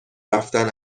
رفتن